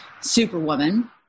superwoman